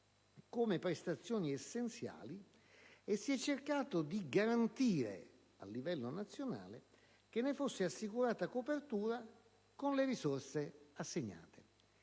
come prestazioni essenziali - e si è cercato di garantire, a livello nazionale, che ne fosse assicurata copertura con le risorse assegnate,